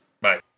Bye